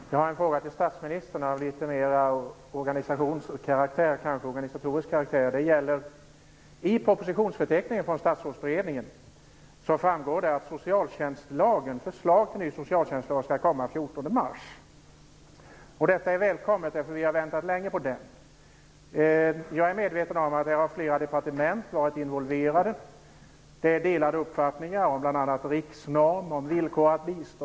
Fru talman! Jag har en fråga till statsministern av litet mera organisatorisk karaktär. I propositionsförteckningen från Statsrådsberedningen framgår det att förslag till ny socialtjänstlag skall komma den 14 mars. Detta är välkommet, vi har väntat länge på det. Jag är medveten om att flera departement har varit involverade. Det är delade uppfattningar om bl.a.